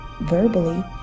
verbally